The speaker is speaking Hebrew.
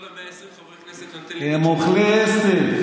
כל 120 חברי הכנסת, הם אוכלי עשב.